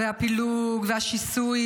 הפילוג והשיסוי,